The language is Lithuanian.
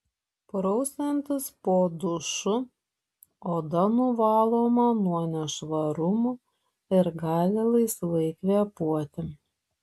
prausiantis po dušu oda nuvaloma nuo nešvarumų ir gali laisvai kvėpuoti